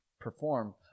perform